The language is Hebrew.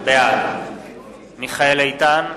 בעד מיכאל איתן,